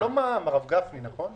סעיף 11 זה לא מע"מ, הרב גפני, נכון?